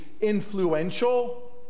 influential